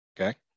Okay